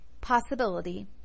possibility